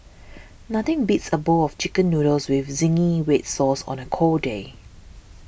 nothing beats a bowl of Chicken Noodles with Zingy Red Sauce on a cold day